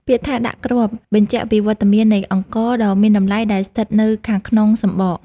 ពាក្យថា «ដាក់គ្រាប់» បញ្ជាក់ពីវត្តមាននៃអង្ករដ៏មានតម្លៃដែលស្ថិតនៅខាងក្នុងសម្បក។